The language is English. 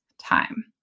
time